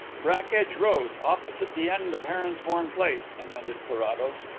brackedge road, opposite the end of heronsbourne place, amended carrados.